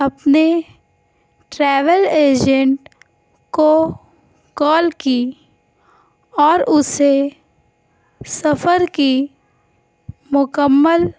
اپنے travel agent کو call کی اور اسے سفر کی مکمل